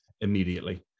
immediately